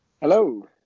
Hello